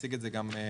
אציג את זה גם בשקפים.